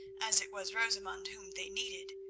as it was rosamund whom they needed.